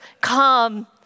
come